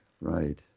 right